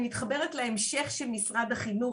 אני מתחברת להמשך של משרד החינוך,